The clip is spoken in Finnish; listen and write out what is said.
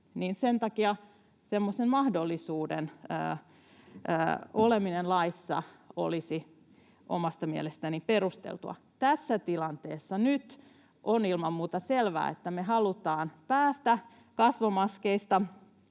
semmoisen mahdollisuuden oleminen laissa olisi omasta mielestäni perusteltua. Tässä tilanteessa, nyt, on ilman muuta selvää, että me halutaan päästä kasvomaskeista